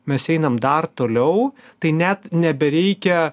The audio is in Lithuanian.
mes einam dar toliau tai net nebereikia